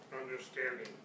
understanding